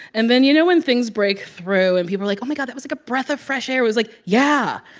and then, you know, when things break through and people are like, oh, my god, that was like a breath of fresh air. it was like, yeah,